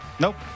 Nope